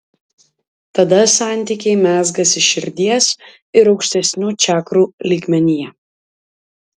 tada santykiai mezgasi širdies ir aukštesnių čakrų lygmenyje